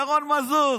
ירון מזוז.